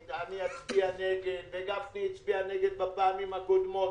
אני אצביע נגד וגפני הצביע נגד בפעמים הקודמות.